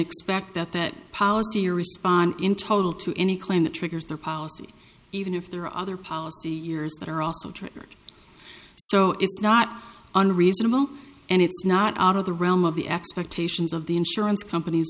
expect that that policy or respond in total to any claim that triggers their policy even if there are other policy years that are also triggered so it's not unreasonable and it's not out of the realm of the expectations of the insurance companies